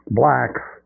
blacks